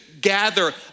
gather